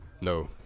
No